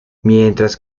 mientras